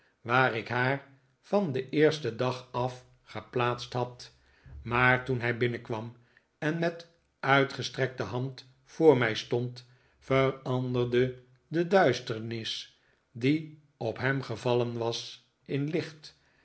waar ik haar van den eersten dag af geplaatst had maar toen hij binnenkwam en met uitgestrekte hand voor mij stond veranderde de duisternis die op hem gevallen was in licht